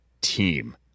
team